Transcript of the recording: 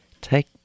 take